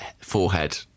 forehead